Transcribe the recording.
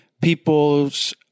people's